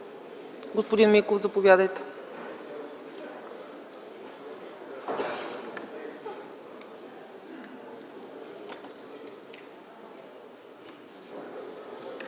Господин Миков, заповядайте.